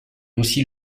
aussi